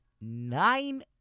nine